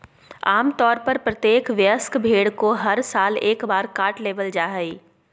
आम तौर पर प्रत्येक वयस्क भेड़ को हर साल एक बार काट लेबल जा हइ